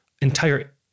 entire